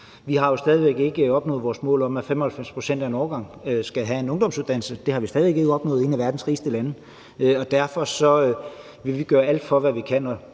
Vi har jo stadig væk ikke opnået vores mål om, at 95 pct. af en årgang skal have en ungdomsuddannelse. Det har vi stadig væk ikke opnået som et af verdens rigeste lande. Derfor vil vi gøre alt, hvad vi kan,